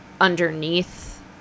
underneath